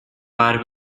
but